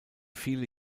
viele